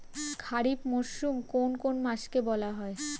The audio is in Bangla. খারিফ মরশুম কোন কোন মাসকে বলা হয়?